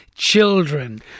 children